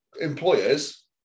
Employers